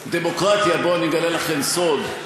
בדמוקרטיה, בואו אני אגלה לכן סוד,